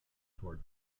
toward